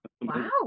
Wow